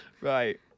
Right